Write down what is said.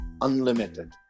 unlimited